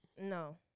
No